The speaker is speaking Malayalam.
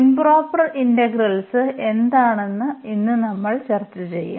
ഇംപ്റോപർ ഇന്റഗ്രൽസ് എന്താണെന്ന് ഇന്ന് നമ്മൾ ചർച്ച ചെയ്യും